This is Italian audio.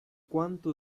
quanto